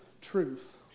truth